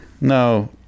No